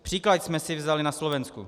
Příklad jsme si vzali na Slovensku.